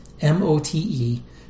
M-O-T-E